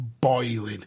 boiling